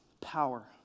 power